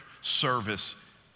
service